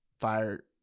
Fire